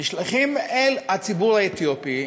אל הציבור האתיופי,